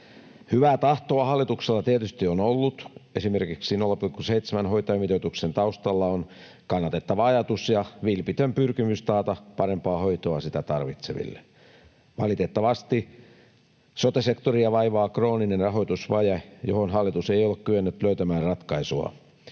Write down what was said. Hyvää tahtoa hallituksella tietysti on ollut, esimerkiksi 0,7:n hoitajamitoituksen taustalla on kannatettava ajatus ja vilpitön pyrkimys taata parempaa hoitoa sitä tarvitseville. Valitettavasti sote-sektoria vaivaa krooninen rahoitusvaje, johon hallitus ei ole kyennyt löytämään ratkaisua.